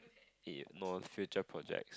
it more future project